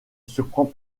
surprend